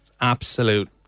Absolute